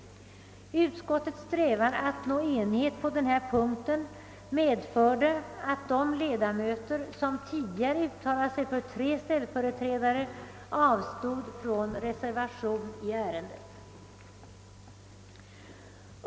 Utskottets strävan att uppnå enighet på den punkten medförde att de ledamöter som tidigare uttalat sig för tre ställföreträdare avstod från reservation i ärendet.